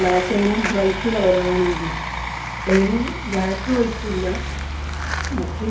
black അങ്ങനെ bright കളറാണ് വുന്നത് അ ഇനി ബ്ലാക്ക് വൈറ്റ ഇല്ല മറ്റ്